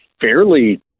fairly